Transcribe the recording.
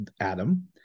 Adam